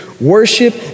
worship